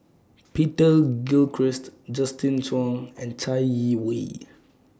Peter Gilchrist Justin Zhuang and Chai Yee Wei